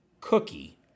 cookie